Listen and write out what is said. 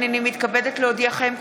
הינני מתכבדת להודיעכם,